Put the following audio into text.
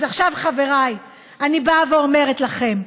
אז עכשיו, חבריי, אני באה ואומרת לכם: